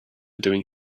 doing